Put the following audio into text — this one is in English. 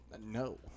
No